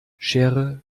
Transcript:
schere